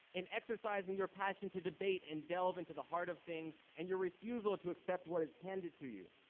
in exercising your passion to debate and delve into the heart of things, and your refusal to accept what is handed to you,